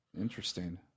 interesting